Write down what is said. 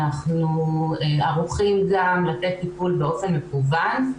אבל אנחנו גם ערוכים לתת טיפול באופן מקוון.